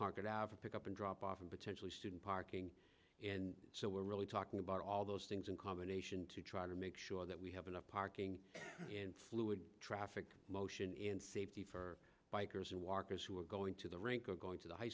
get out of a pick up and drop off and potentially student parking and so we're really talking about all those things in combination to try to make sure that we have enough parking in fluid traffic motion in safety for bikers and walkers who are going to the rink or going to the high